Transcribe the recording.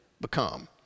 become